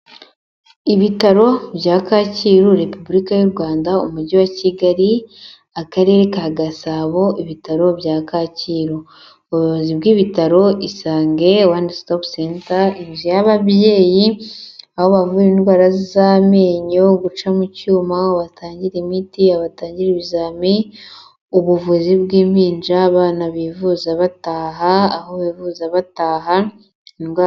Ibitaro bya Kacyiru, Repubulika y'u Rwanda, umujyi wa Kigali, akarere ka Gasabo, ibitaro bya Kacyiru. Ubuyobozi bw'ibitaro Isange one stop center, inzu y'ababyeyi, aho bavura indwara z'amenyo, guca mu cyuma, aho batangira imiti, aho batangira ibizami, ubuvuzi bw'impinja, abana bivuza bataha, aho bivuza bataha indwa…